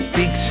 big